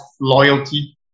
loyalty